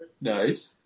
Nice